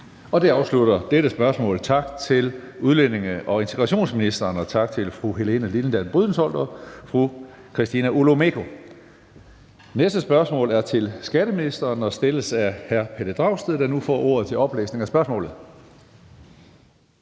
Det afslutter dette spørgsmål. Tak til udlændinge- og integrationsministeren, og tak til fru Helene Liliendahl Brydensholt og fru Christina Olumeko. Det næste spørgsmål er til skatteministeren og stilles af hr. Pelle Dragsted. Kl. 14:35 Spm. nr.